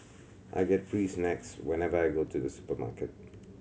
I get free snacks whenever I go to the supermarket